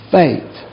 faith